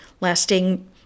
lasting